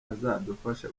azadufasha